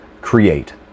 Create